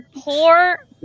poor